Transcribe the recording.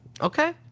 Okay